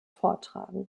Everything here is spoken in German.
vortragen